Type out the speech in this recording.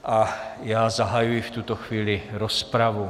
A já zahajuji v tuto chvíli rozpravu.